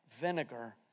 vinegar